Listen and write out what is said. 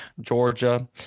Georgia